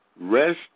Rest